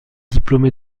diplômé